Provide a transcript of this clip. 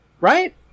right